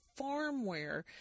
farmware